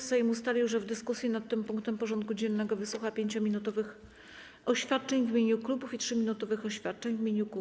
Sejm ustalił, że w dyskusji nad tym punktem porządku dziennego wysłucha 5-minutowych oświadczeń w imieniu klubów i 3-minutowych oświadczeń w imieniu kół.